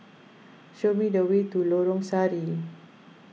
show me the way to Lorong Sari